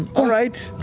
right.